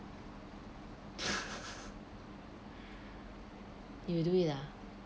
you would do it ah